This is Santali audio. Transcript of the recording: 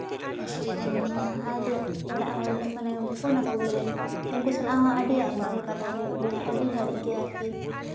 ᱦᱳᱥᱴᱮᱞ ᱨᱮ ᱢᱤᱱᱟᱹᱧᱟ ᱟᱫᱚ ᱚᱲᱟᱜ ᱦᱚᱲ ᱢᱟᱱᱮ ᱯᱷᱳᱱᱠᱚ ᱜᱤᱭᱟᱹᱧ ᱩᱱᱠᱩ ᱥᱟᱞᱟᱜ ᱦᱚᱸ ᱟᱹᱰᱤ ᱟᱭᱢᱟᱜᱮ ᱠᱟᱛᱷᱟ ᱦᱩᱭᱩᱜ ᱜᱮᱭᱟ ᱟᱹᱰᱤ ᱜᱷᱟᱹᱲᱤᱡ ᱜᱮ ᱟᱨᱠᱤ